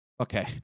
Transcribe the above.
Okay